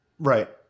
Right